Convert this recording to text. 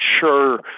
sure